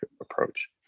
approach